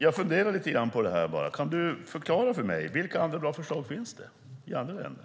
Jag funderar lite på det här. Kan du förklara för mig: Vilka andra bra förslag finns det i andra länder?